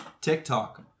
TikTok